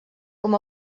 com